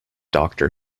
doctor